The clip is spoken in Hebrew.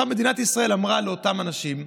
מדינת ישראל אמרה לאותם אנשים,